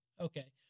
Okay